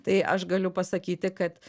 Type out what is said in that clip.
tai aš galiu pasakyti kad